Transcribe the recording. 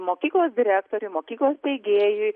mokyklos direktoriui mokyklos steigėjui